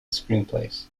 screenplays